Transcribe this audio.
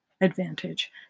advantage